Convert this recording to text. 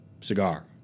cigar